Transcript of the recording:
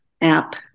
app